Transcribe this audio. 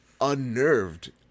unnerved